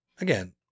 Again